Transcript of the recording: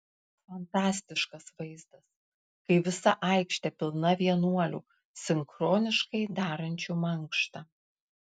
fantastiškas vaizdas kai visa aikštė pilna vienuolių sinchroniškai darančių mankštą